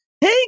hey